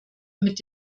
mit